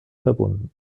verbunden